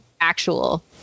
actual